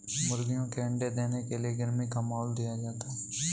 मुर्गियों के अंडे देने के लिए गर्मी का माहौल दिया जाता है